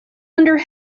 under